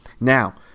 Now